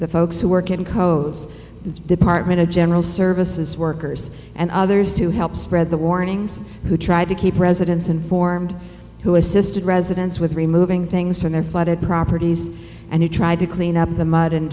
the folks who work in codes and department of general services workers and others who help spread the warnings who tried to keep residents informed who assisted residents with removing things from their flooded properties and who tried to clean up the mud and